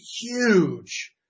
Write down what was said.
huge